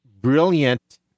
brilliant